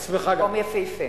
מקום יפהפה.